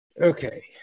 Okay